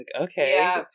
Okay